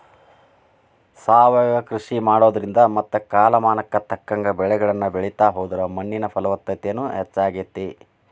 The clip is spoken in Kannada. ಸಾವಯವ ಕೃಷಿ ಮಾಡೋದ್ರಿಂದ ಮತ್ತ ಕಾಲಮಾನಕ್ಕ ತಕ್ಕಂಗ ಬೆಳಿಗಳನ್ನ ಬೆಳಿತಾ ಹೋದ್ರ ಮಣ್ಣಿನ ಫಲವತ್ತತೆನು ಹೆಚ್ಚಾಗ್ತೇತಿ